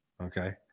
Okay